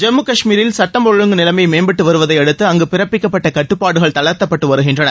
ஜம்மு கஷ்மீரில் சுட்டம் ஒழுங்கு நிலைமை மேம்பட்டு வருவதையடுத்து அங்கு பிறப்பிக்கப்பட்ட கட்டுப்பாடுகள் தளர்த்தப்பட்டு வருகின்றன